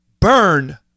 burn